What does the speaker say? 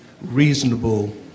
reasonable